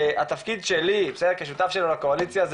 התפקיד שלי כשותף שלו לקואליציה זה